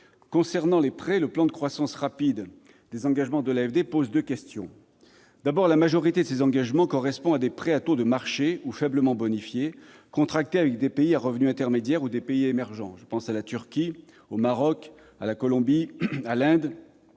concerne les prêts, le plan de croissance rapide des engagements de l'AFD pose deux questions. Premièrement, la majorité de ces engagements correspond à des prêts à taux de marché ou faiblement bonifiés, contractés avec des pays à revenu intermédiaire ou des pays émergents. Je pense à la Turquie, au Maroc, à la Colombie, à l'Inde,